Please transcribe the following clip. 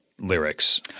lyrics